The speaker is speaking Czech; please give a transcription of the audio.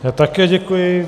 Já také děkuji.